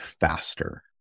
faster